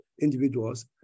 individuals